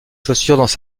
chaussures